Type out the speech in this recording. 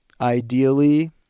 ideally